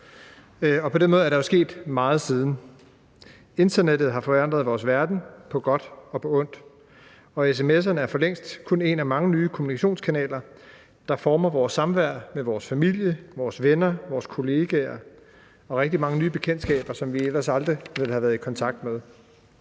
og på den måde er der jo sket meget siden. Internettet har forandret vores verden på godt og på ondt, og sms'erne er for længst kun en af mange nye kommunikationskanaler, der former vores samvær med vores familie, vores venner, vores kolleger og rigtig mange nye bekendtskaber, som vi ellers aldrig ville have været i kontakt med.